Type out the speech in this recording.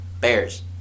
Bears